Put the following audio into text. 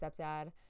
stepdad